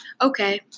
Okay